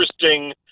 interesting